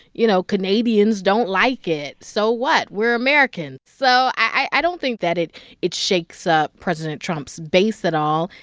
you know, canadians don't like it. so what? we're american. so i don't think that it it shakes up president trump's base at all,